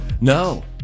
No